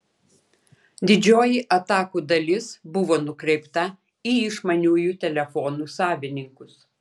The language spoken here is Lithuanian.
didžioji atakų dalis buvo nukreipta į išmaniųjų telefonų savininkus